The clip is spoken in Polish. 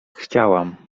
chciałam